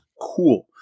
cool